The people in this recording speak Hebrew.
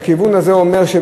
הכיוון הזה אומר,